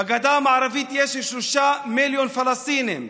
בגדה המערבית יש שלושה מיליון פלסטינים.